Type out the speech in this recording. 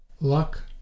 Luck